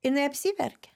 jinai apsiverkia